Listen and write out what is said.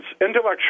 intellectual